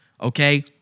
Okay